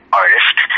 artist